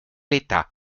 état